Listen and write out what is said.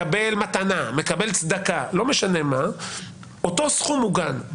מקבל מתנה, מקבל צדקה אותו סכום מוגן.